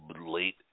late